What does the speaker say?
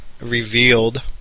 revealed